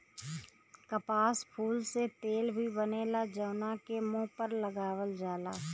कपास फूल से तेल भी बनेला जवना के मुंह पर लगावल जाला